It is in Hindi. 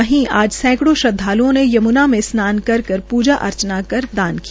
वहीं आज सैंकड़ों श्रद्वालुओं ने यमुना में स्नार कर पूजा अर्चना कर दान किया